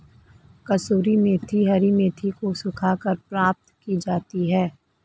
कसूरी मेथी हरी मेथी को सुखाकर प्राप्त की जाती है